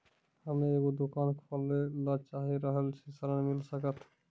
हम्मे एगो दुकान खोले ला चाही रहल छी ऋण मिल सकत?